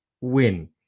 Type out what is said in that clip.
win